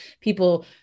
people